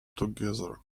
together